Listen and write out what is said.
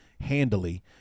handily